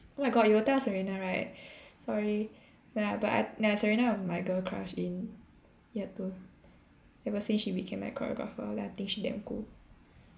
oh my god you will tell Serena right sorry ya but I n~ Serena was my girl crush in year two ever since she became my choreographer then I think she damn cool